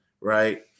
Right